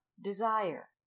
desire